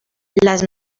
las